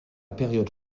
période